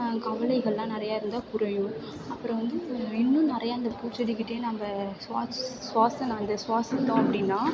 கவலைகளெலாம் நிறையா இருந்தால் குறையும் அப்புறம் வந்து இன்னும் நிறையா அந்த பூச்செடிகிட்டேயே நம்ம சுவாசி சுவாசம் அதை சுவாசித்தோம் அப்படின்னா